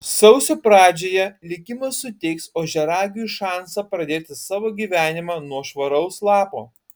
sausio pradžioje likimas suteiks ožiaragiui šansą pradėti savo gyvenimą nuo švaraus lapo